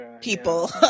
people